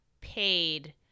paid